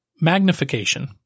magnification